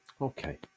okay